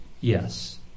Yes